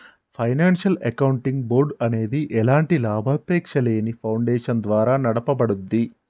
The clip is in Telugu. ఫైనాన్షియల్ అకౌంటింగ్ బోర్డ్ అనేది ఎలాంటి లాభాపేక్షలేని ఫౌండేషన్ ద్వారా నడపబడుద్ది